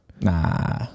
nah